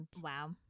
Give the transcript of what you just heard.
Wow